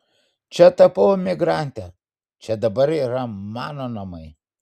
čia tapau emigrante čia dabar yra mano namai